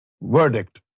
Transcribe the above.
Verdict